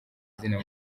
izina